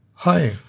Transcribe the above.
Hi